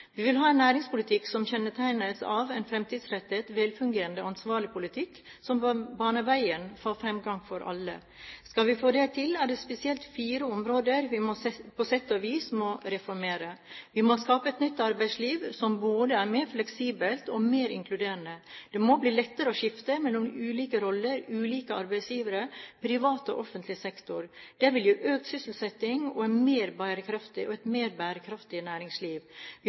Vi vil ha en næringspolitikk som kjennetegnes av en fremtidsrettet, velfungerende og ansvarlig politikk som baner vei for fremgang for alle. Skal vi få det til, er det spesielt fire områder vi på sett og vis må reformere: Vi må skape et nytt arbeidsliv som både er mer fleksibelt og mer inkluderende. Det må bli lettere å skifte mellom ulike roller, ulike arbeidsgivere, privat og offentlig sektor. Det vil gi økt sysselsetting og et mer bærekraftig næringsliv. Vi må satse målrettet på innovasjon og entreprenørskap. Vi